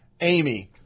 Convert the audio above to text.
Amy